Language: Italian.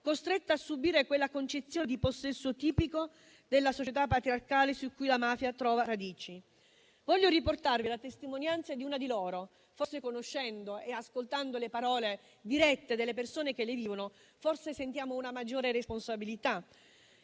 costrette a subire quella concezione di possesso tipico della società patriarcale su cui la mafia trova radici. Voglio riportarvi la testimonianza di una di loro, forse conoscendo e ascoltando le parole dirette delle persone che le vivono, sentiamo una maggiore responsabilità.